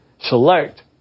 select